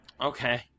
Okay